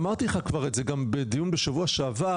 אמרתי לך כבר את זה גם בדיון בשבוע שעבר,